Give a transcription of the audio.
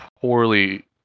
poorly